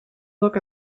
look